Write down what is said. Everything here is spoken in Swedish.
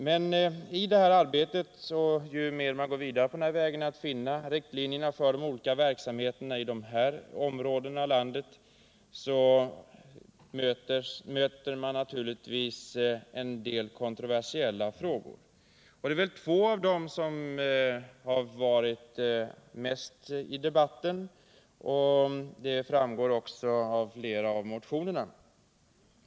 Men ju mer man arbetar fram riktlinjer för de olika verksamheterna i dessa områden av landet, ju mer möter man naturligtvis kontroversiella frågor. Två av dessa har mest varit uppe i debatten. Det framgår också av flera motioner.